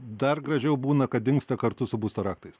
dar gražiau būna kad dingsta kartu su būsto raktais